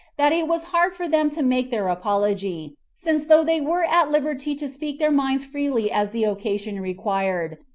that it was hard for them to make their apology, since though they were at liberty to speak their minds freely as the occasion required,